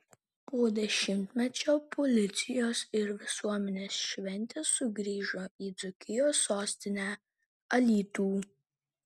po dešimtmečio policijos ir visuomenės šventė sugrįžo į dzūkijos sostinę alytų